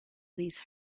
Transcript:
these